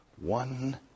one